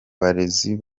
barezi